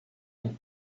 and